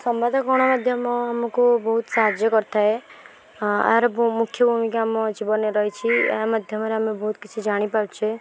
ସମ୍ବାଦ ଗଣ ମାଧ୍ୟମ ଆମକୁ ବହୁତ ସାହାଯ୍ୟ କରିଥାଏ ହଁ ଏହାର ମୁଖ୍ୟ ଭୂମିକା ଆମ ଜୀବନରେ ରହିଛି ଏହା ମାଧ୍ୟମରେ ଆମେ ବହୁତ କିଛି ଜାଣିପାରୁଛେ